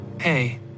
Hey